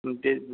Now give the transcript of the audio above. मग ते